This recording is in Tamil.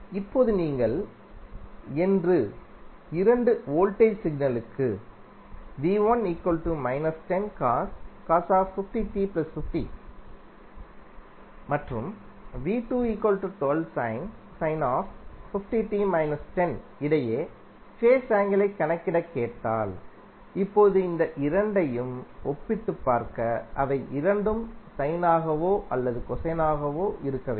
இப்போது நீங்கள் என்று இரண்டு வோல்டேஜ் சிக்னல்களுக்கு மற்றும்இடையே ஃபேஸ் ஆங்கிளை கணக்கிட கேட்டால்இப்போது இந்த இரண்டையும் ஒப்பிட்டுப் பார்க்க அவை இரண்டும் சைனாகவோ அல்லது கொசைனாகவோ இருக்க வேண்டும்